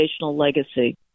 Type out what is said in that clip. legacy